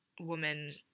woman